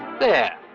there.